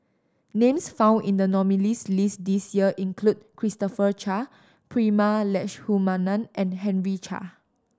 names found in the nominees' list this year include Christopher Chia Prema Letchumanan and Henry Chia